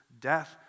death